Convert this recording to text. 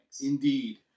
Indeed